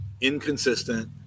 inconsistent